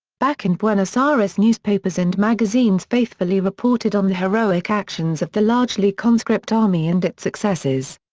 back in buenos ah aires newspapers and magazines faithfully reported on the heroic actions of the largely conscript army and its successes.